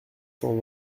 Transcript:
cent